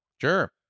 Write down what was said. Sure